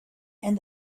and